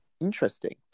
Interesting